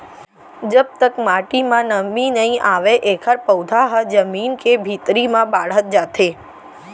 जब तक माटी म नमी नइ आवय एखर पउधा ह जमीन के भीतरी म बाड़हत जाथे